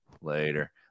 later